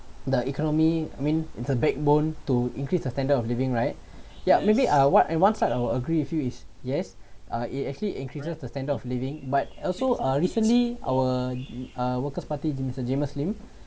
the economy I mean it's the backbone to increase the standard of living right ya maybe uh what one side I I'll agree with you is yes uh it actually increases the standard of living but also uh recently our uh workers' party mister james lim